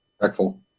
respectful